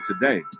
today